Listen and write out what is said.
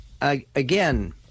again